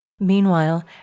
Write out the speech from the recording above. Meanwhile